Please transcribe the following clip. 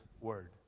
word